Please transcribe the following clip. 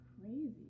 crazy